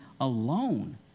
alone